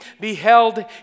beheld